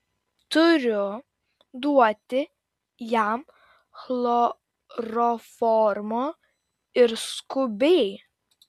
turiu duoti jam chloroformo ir skubiai